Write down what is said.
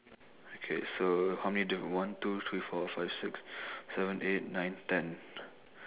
okay so how many diff~ one two three four five six seven eight nine ten